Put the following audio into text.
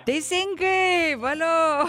teisingai valio